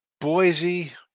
Boise